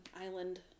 island